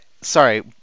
sorry